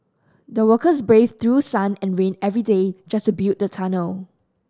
the workers braved through sun and rain every day just to build the tunnel